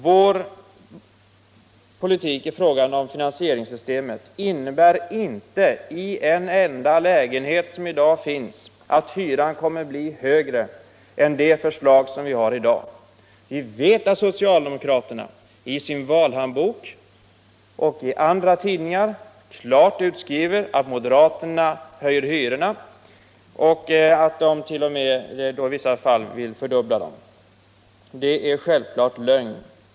Vår politik i fråga om finansieringssystemet innebär inte i en enda lägenhet som i dag finns, att hyran kommer att bli högre än enligt det system som vi har i dag. Vi vet att socialdemokraterna i sin valhandbok och i andra publikationer klart skriver att moderaterna höjer hyrorna och att de t.o.m. i vissa fall vill fördubbla dem. Det är självfallet lögn.